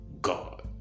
God